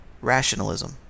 Rationalism